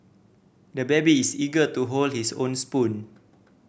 the baby is eager to hold his own spoon